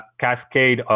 cascade